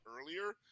earlier